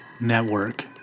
Network